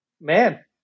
man